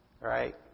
Right